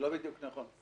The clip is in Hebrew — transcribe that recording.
זה לא בדיוק נכון.